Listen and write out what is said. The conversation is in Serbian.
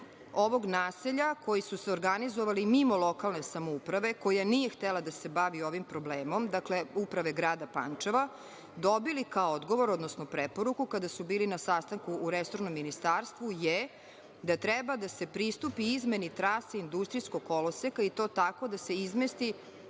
ovog naselja, koji su se organizovali mimo lokalne samouprave, koja nije htela da se bavi ovim problemom, dakle, uprave grada Pančeva, dobili kao odgovor, odnosno preporuku, kada su bili na sastanku u resornom ministarstvu, je da treba da se pristupi izmeni trase industrijskog koloseka, i to tako da se izmesti